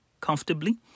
comfortably